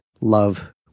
love